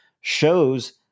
shows